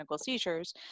seizures